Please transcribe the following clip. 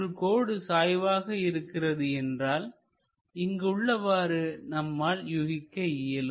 ஒருகோடு சாய்வாக இருக்கிறது என்றால் இங்கு உள்ளவாறு நம்மால் யூகிக்க இயலும்